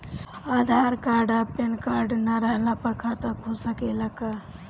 आधार card आ PAN card ना रहला पर खाता खुल सकेला का?